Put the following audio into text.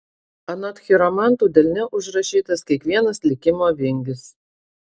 anot chiromantų delne užrašytas kiekvienas likimo vingis